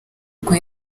ubwo